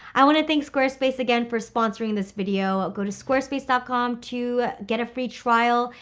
i want to thank squarespace again for sponsoring this video ah go to squarespace dot com to get a free trial.